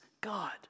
God